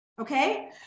Okay